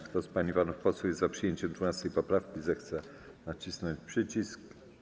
Kto z pań i panów posłów jest za przyjęciem 12. poprawki, zechce nacisnąć przycisk.